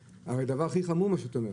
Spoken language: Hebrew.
הרי זה דבר הכי חמור מה שאת אומרת.